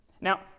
Now